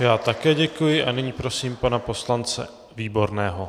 Já také děkuji a nyní prosím pana poslance Výborného.